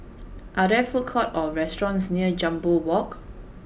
are there food courts or restaurants near Jambol Walk